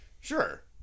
Sure